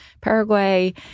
Paraguay